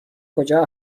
کجا